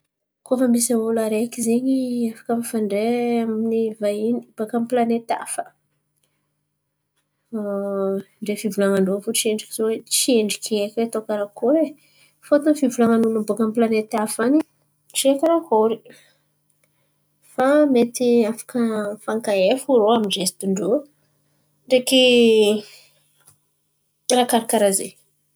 Koa fa misy ôlo areky zen̈y, afaka mifandray amy ny vahiny baka amy ny planety hafa ndray fivolan̈a ndrô fo tsendriky zôe. Fôtiny fivolan̈a n'olo baka pilanety hafa an̈y, tsy haiko karakory fa mety afaka fankahay fo irô amy ny zesity ndrô, ndraiky raha karà karàha zen̈y.